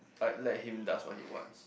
I like him does what he wants